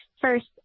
first